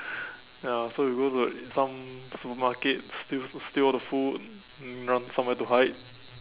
ya so we go to like some supermarket steal steal all the food then run somewhere to hide